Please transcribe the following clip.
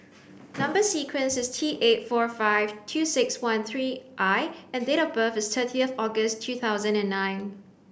number sequence is T eight four five two six one three I and date of birth is thirtieth August two thousand and nine